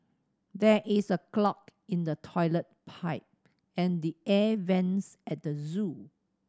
there is a clog in the toilet pipe and the air vents at the zoo